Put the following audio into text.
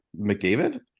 McDavid